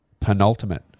penultimate